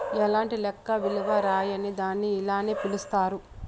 ఎలాంటి లెక్క విలువ రాయని దాన్ని ఇలానే పిలుత్తారు